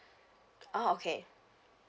oh okay